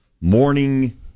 Morning